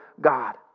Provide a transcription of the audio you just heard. God